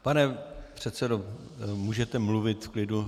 Pane předsedo, můžete mluvit v klidu.